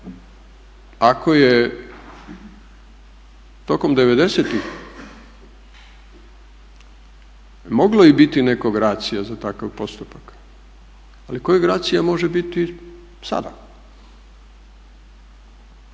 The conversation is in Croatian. ako je tokom devedesetih moglo i biti nekog racija za takav postupak, ali kojeg racija može biti sada